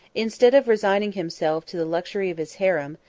instead of resigning himself to the luxury of his harem,